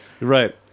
right